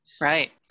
Right